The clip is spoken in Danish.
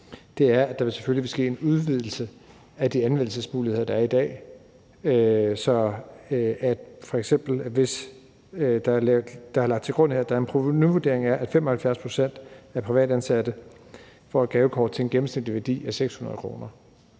er, at der selvfølgelig vil ske en udvidelse af de anvendelsesmuligheder, der er i dag. Så der er f.eks. lagt til grund her for provenuvurderingen, at 75 pct. af de privatansatte får et gavekort til en gennemsnitlig værdi af 600 kr.,